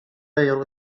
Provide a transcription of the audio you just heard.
غير